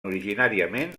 originàriament